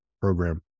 program